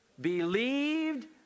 believed